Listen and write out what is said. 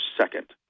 second